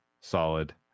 solid